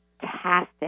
fantastic